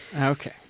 Okay